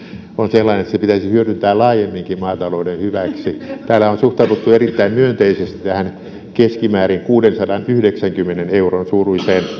on sellainen että se pitäisi hyödyntää laajemminkin maatalouden hyväksi täällä on suhtauduttu erittäin myönteisesti tähän keskimäärin kuudensadanyhdeksänkymmenen euron suuruiseen